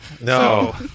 No